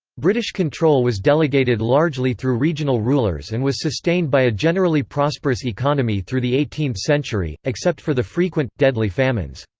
british control was delegated largely through regional rulers and was sustained by a generally prosperous economy through the eighteenth century, except for the frequent, deadly famines.